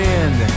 end